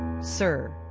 Sir